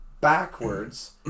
backwards